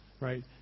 right